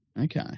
Okay